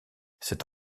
cette